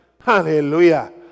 Hallelujah